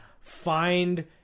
find